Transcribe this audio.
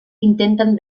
intenten